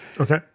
Okay